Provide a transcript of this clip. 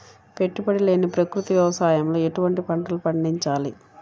పెట్టుబడి లేని ప్రకృతి వ్యవసాయంలో ఎటువంటి పంటలు పండించాలి?